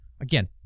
again